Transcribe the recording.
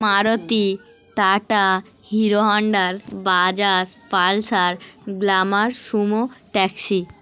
Maruti Tata Hero Honda Bajaj Pulsar Glamour Sumo taxi